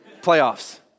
Playoffs